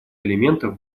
элементов